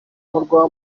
murwa